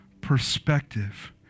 perspective